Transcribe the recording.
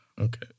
okay